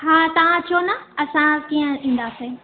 हा तव्हां अचो न असां कीअं ईंदासि